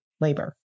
labor